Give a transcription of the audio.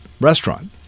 restaurant